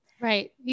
Right